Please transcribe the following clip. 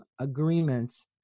agreements